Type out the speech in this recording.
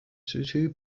tattoo